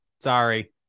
Sorry